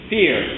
Fear